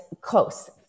Close